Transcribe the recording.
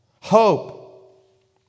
Hope